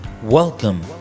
Welcome